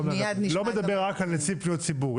לא מדבר רק על נציב פניות ציבור,